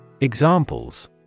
Examples